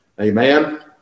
amen